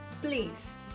Please